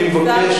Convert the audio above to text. נא,